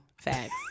Facts